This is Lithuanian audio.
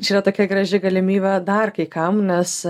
čia yra tokia graži galimybė dar kai kam nes